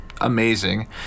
amazing